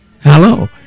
hello